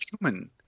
human